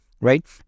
right